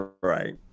Right